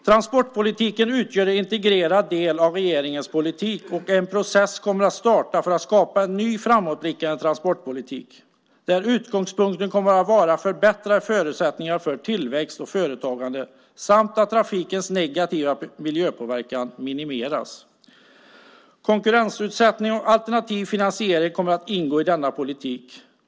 Transportpolitiken utgör en integrerad del av regeringens politik, och en process kommer att starta för att skapa en ny framåtblickande transportpolitik där utgångspunkten kommer att vara att förbättra förutsättningarna för tillväxt och företagande samt att trafikens negativa miljöpåverkan minimeras. Konkurrensutsättning och alternativ finansiering kommer att ingå i denna politik.